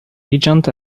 agent